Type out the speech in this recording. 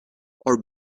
are